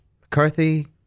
McCarthy